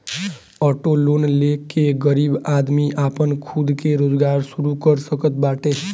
auto loan ले के गरीब आदमी आपन खुद के रोजगार शुरू कर सकत बाटे